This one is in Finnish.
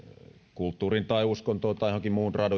kulttuuriin uskontoon tai johonkin muuhun